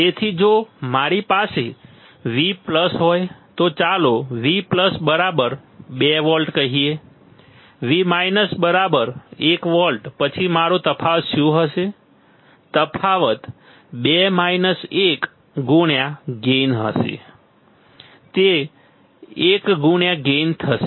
તેથી જો મારી પાસે V હોય તો ચાલો V 2 વોલ્ટ કહીએ V 1V પછી મારો તફાવત શું હશે તફાવત ગેઇન થશે તે 1ગેઇન થશે